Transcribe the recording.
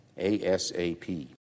ASAP